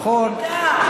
נכון, נכון.